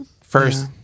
First